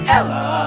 Ella